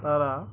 তারা